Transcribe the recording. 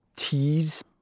Teas